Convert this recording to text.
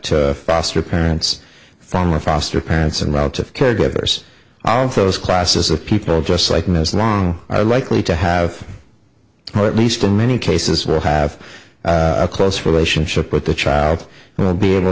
to foster parents former foster parents and relative caregivers on for those classes of people just like ms long are likely to have or at least in many cases will have a close relationship with the child who will be able